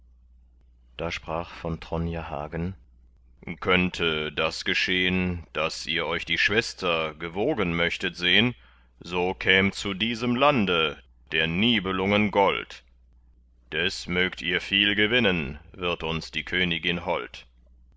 da sprach von tronje hagen könnte das geschehn daß ihr euch die schwester gewogen möchtet sehn so käm zu diesem lande der nibelungen gold des mögt ihr viel gewinnen wird uns die königin hold